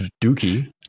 dookie